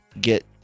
get